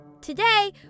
Today